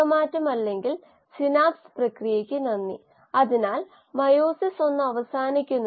അടുത്തതായി നമ്മൾ കാണാൻ പോകുന്നത് ഉപയോഗപ്രദമായ ആശയത്തെയാണ് അതിനെ നമ്മൾ യിൽഡ് കോയിഫിഷ്യന്റ് എന്ന് വിളിക്കുന്നു